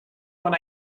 when